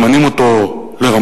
ממנים אותו לרמטכ"ל.